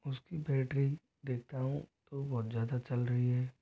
उसकी बैटरी देखता हूँ तो बहुत ज़्यादा चल रही है